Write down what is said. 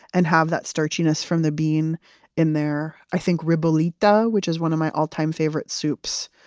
and have that starchiness from the bean in there. i think ribollita, which is one of my all-time favorite soups.